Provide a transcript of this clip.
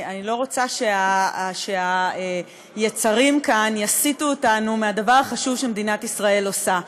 אני לא רוצה שהיצרים כאן יסיטו אותנו מהדבר החשוב שמדינת ישראל עושה.